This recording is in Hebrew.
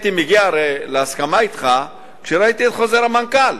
מגיע להסכמה אתך כשראיתי את חוזר המנכ"ל.